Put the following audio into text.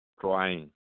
trying